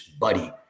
buddy